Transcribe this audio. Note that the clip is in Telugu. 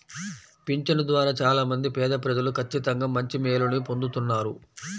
పింఛను ద్వారా చాలా మంది పేదప్రజలు ఖచ్చితంగా మంచి మేలుని పొందుతున్నారు